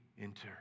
enter